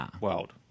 world